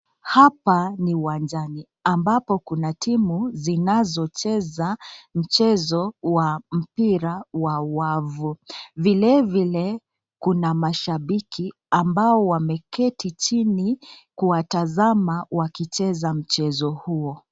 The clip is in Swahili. Hapa ni uwanjani ambapo kuna timu zinazocheza mchezo wa mpira wa wavu. Vile vile kuna mashabiki ambao wameketi chini kuwatazama wakicheza mchezo huo.